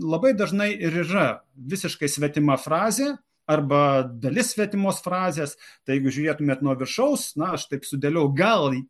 labai dažnai ir yra visiškai svetima frazė arba dalis svetimos frazės tai jeigu žiūrėtumėt nuo viršaus na aš taip sudėliojau gal